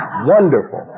wonderful